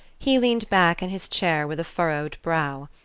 he leaned back in his chair with a furrowed brow.